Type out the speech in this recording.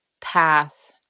path